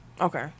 Okay